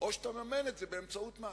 או שאתה מממן את זה באמצעות מס.